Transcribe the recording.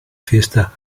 fiesta